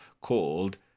called